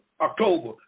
October